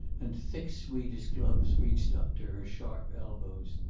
and thick swedish gloves reached up to her sharp elbows.